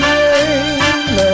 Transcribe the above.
name